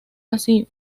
así